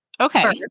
Okay